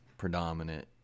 Predominant